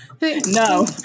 no